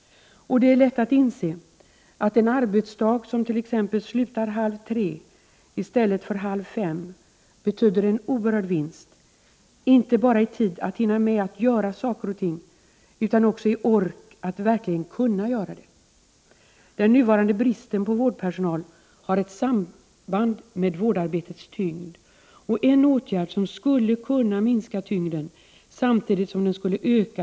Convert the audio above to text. Det är lätt att inse att en arbetsdag som t.ex. slutar halv tre i stället för halv fem betyder en oerhört stor vinst inte bara i tid, att hinna med att göra saker, utan också i ork, att verkligen kunna göra det. Den nuvarande bristen på vårdpersonal har ett samband med vårdarbetets tyngd. En åtgärd som skulle kunna minska tyngden samtidigt som den skulle Prot.